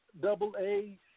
double-A